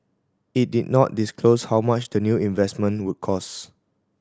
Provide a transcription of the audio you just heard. it did not disclose how much the new investment will cost